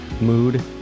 mood